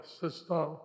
system